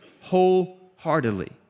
wholeheartedly